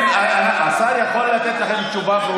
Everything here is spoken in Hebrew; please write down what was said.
השר יכול לתת לכם תשובה ברורה.